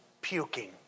puking